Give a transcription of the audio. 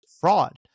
fraud